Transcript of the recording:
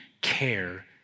care